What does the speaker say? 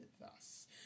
thus